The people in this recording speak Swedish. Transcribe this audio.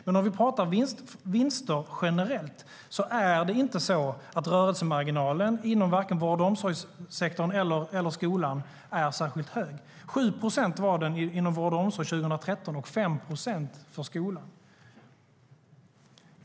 Men om vi pratar om vinster generellt är det inte så att rörelsemarginalen inom vare sig vård och omsorgssektorn eller skolan är särskilt hög - den var 7 procent inom vård och omsorg och 5 procent inom skolan 2013.